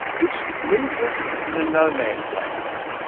which leaves us in no-man's land.